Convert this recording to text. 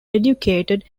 educated